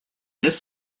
this